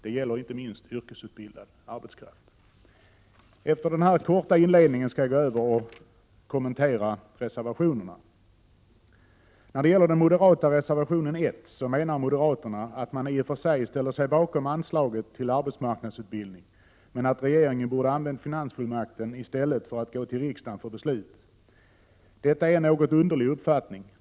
Det gäller inte minst yrkesutbildad arbetskraft. Efter denna korta inledning skall jag kommentera reservationerna. I den moderata reservationen I menar moderaterna att man i och för sig ställer sig bakom anslaget till arbetsmarknadsutbildning men att regeringen borde ha använt finansfullmakten i stället för att gå till riksdagen för beslut. Detta är en något underlig uppfattning.